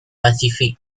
pacific